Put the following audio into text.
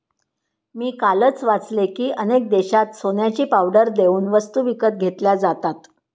मी कालच वाचले की, अनेक देशांत सोन्याची पावडर देऊन वस्तू विकत घेतल्या जातात